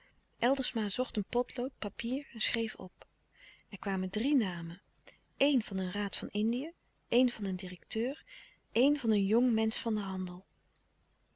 zocht een potlood papier schreef op er kwamen drie namen een van een raad van indië een van een directeur een van een jong mensch van den handel